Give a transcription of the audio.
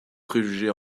préjugés